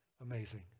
amazing